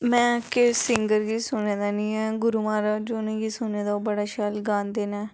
में केहे सिंगर गी सुने दा निं ऐ गुरू महाराज होरें गी सुने दा ऐ ओह् बड़ा शैल गांदे नै